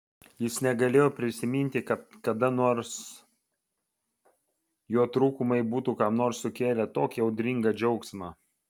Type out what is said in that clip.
jis negalėjo prisiminti kad kada nors jo trūkumai būtų kam nors sukėlę tokį audringą džiaugsmą